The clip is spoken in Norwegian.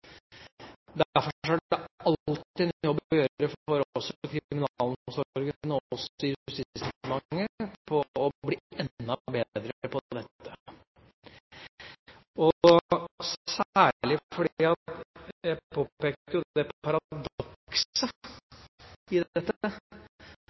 snakker om. Derfor er det alltid en jobb å gjøre for kriminalomsorgen og oss i Justisdepartementet for å bli enda bedre på dette, særlig fordi – jeg påpekte jo paradokset i dette – det